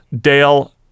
Dale